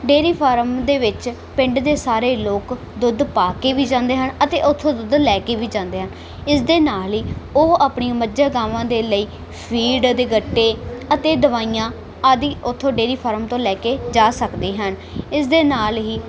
dairy farm ਦੇ ਵਿੱਚ ਪਿੰਡ ਦੇ ਸਾਰੇ ਲੋਕ ਦੁੱਧ ਪਾ ਕੇ ਵੀ ਜਾਂਦੇ ਹਨ ਅਤੇ ਉੱਥੋਂ ਦੁੱਧ ਲੈ ਕੇ ਵੀ ਜਾਂਦੇ ਹਨ ਇਸਦੇ ਨਾਲ ਹੀ ਉਹ ਆਪਣੀਆਂ ਮੱਝਾਂ ਗਾਵਾਂ ਦੇ ਲਈ ਫੀਡ ਦੇ ਗੱਟੇ ਅਤੇ ਦਵਾਈਆਂ ਆਦਿ ਉੱਥੋਂ ਡੇਅਰੀ ਫਾਰਮ ਤੋਂ ਲੈ ਕੇ ਜਾ ਸਕਦੇ ਹਨ ਇਸਦੇ ਨਾਲ ਹੀ